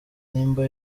nimba